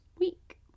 week